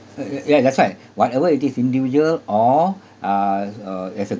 uh ya ya that's why whatever it is individual or uh uh as a